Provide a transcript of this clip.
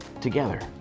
together